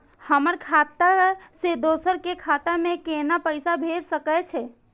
हमर खाता से दोसर के खाता में केना पैसा भेज सके छे?